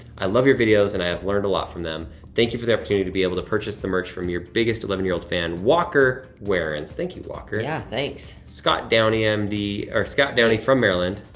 i love your videos and i have learned a lot from them. thank you for the opportunity to be able to purchase the merch, from your biggest eleven year old fan, walker warens. thank you, walker. yeah, thanks. scott downey, um md or scott downey from maryland.